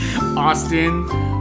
Austin